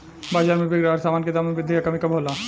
बाज़ार में बिक रहल सामान के दाम में वृद्धि या कमी कब होला?